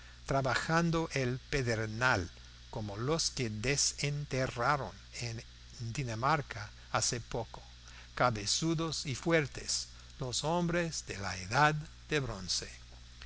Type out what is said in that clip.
trabajando el pedernal como los que desenterraron en dinamarca hace poco cabezudos y fuertes los hombres de la edad de bronce